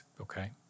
okay